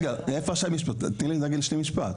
תני לי להשלים משפט,